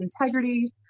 integrity